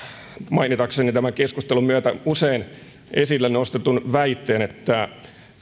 mainitakseni tämän keskustelun myötä usein esille nostetun väitteen että